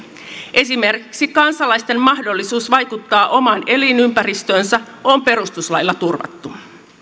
esimerkiksi kansalaisten mahdollisuus vaikuttaa omaan elinympäristöönsä on perustuslailla turvattu